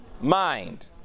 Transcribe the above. mind